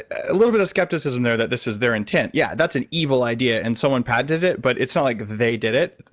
a little bit of skepticism there that this is their intent. yeah, that's an evil idea and someone patented it, but it's not like they did it.